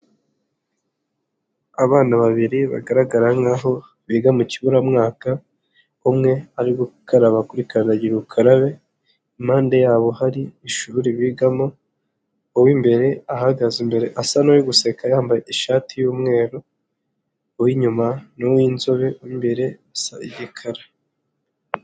Abana babiri bagaragara nk'aho biga mu kiburamwaka, umwe ari gukaraba kuri kandagira ukarabe, impande yabo hari ishuri bigamo, uw'imbere ahagaze imbere asa n'uri guseka yambaye ishati y'umweru, uw'inyuma n'uw'inzobe uw'imbere asa igikara.